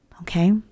okay